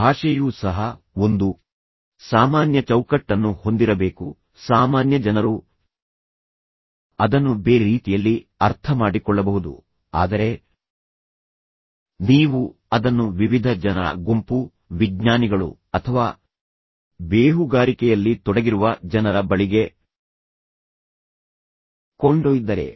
ಭಾಷೆಯೂ ಸಹ ಒಂದು ಸಾಮಾನ್ಯ ಚೌಕಟ್ಟನ್ನು ಹೊಂದಿರಬೇಕು ಸಾಮಾನ್ಯ ಜನರು ಅದನ್ನು ಬೇರೆ ರೀತಿಯಲ್ಲಿ ಅರ್ಥಮಾಡಿಕೊಳ್ಳಬಹುದು ಆದರೆ ನೀವು ಅದನ್ನು ವಿವಿಧ ಜನರ ಗುಂಪು ವಿಜ್ಞಾನಿಗಳು ಅಥವಾ ಬೇಹುಗಾರಿಕೆಯಲ್ಲಿ ತೊಡಗಿರುವ ಜನರ ಬಳಿಗೆ ಕೊಂಡೊಯ್ದರೆ